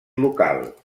local